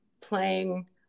playing